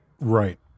Right